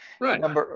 Right